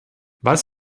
was